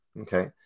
Okay